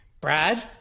Brad